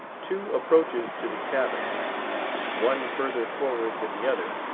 two approaches to the cabin one further forward than the other,